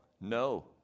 No